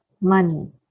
money